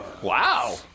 Wow